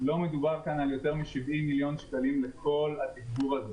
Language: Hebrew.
לא מדובר כאן על יותר מ-70 מיליון שקלים לכל התגבור הזה.